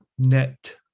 Net